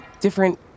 different